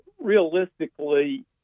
realistically